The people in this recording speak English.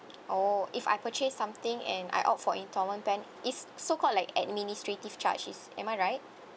oh if I purchase something and I opt for instalment plan it's so called like administrative charge it's am I right